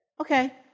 Okay